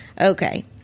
Okay